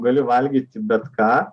gali valgyti bet ką